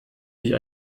wie